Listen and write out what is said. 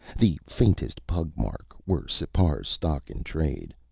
the faintest pug mark were sipar's stock in trade.